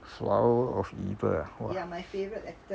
flower of evil ah !wah!